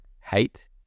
hate